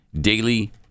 Daily